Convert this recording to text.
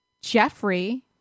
Jeffrey